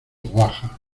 baja